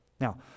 Now